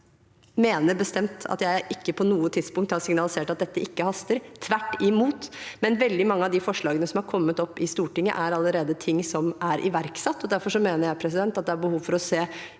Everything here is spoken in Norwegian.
Jeg mener bestemt at jeg ikke på noe tidspunkt har signalisert at dette ikke haster – tvert imot – men veldig mange av de forslagene som er kommet opp i Stortinget, er ting som allerede er iverksatt. Derfor mener jeg det framover er behov for å se